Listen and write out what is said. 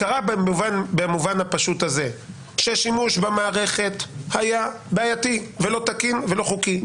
הכרה במובן הפשוט הזה ששימוש במערכת היה בעייתי ולא תקין ולא חוקי.